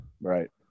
Right